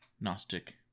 Gnostic